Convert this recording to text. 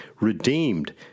redeemed